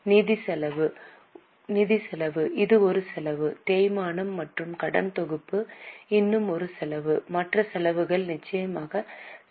நிதி செலவு இது ஒரு செலவு தேய்மானம் மற்றும் கடன்தொகுப்பு இன்னும் ஒரு செலவு மற்ற செலவுகள் நிச்சயமாக செலவுகள்